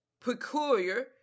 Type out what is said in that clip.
peculiar